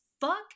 fuck